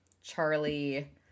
Charlie